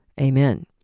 amen